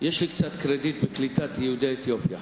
יש לי קצת קרדיט בקליטת יהודי אתיופיה.